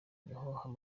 niho